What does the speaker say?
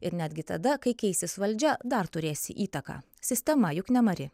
ir netgi tada kai keisis valdžia dar turėsi įtaką sistema juk nemari